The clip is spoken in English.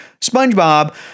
SpongeBob